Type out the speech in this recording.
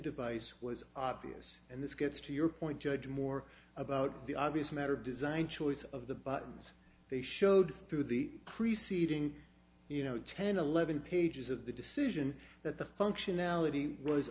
device was obvious and this gets to your point judge more about the obvious matter of design choice of the buttons they showed through the preceding you know ten eleven pages of the decision that the functionality was